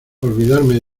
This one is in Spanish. olvidarme